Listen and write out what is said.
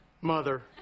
Mother